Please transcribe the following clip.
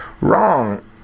wrong